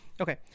Okay